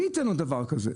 מי ייתן לו דבר כזה?